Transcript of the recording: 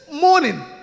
morning